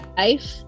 life